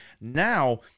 Now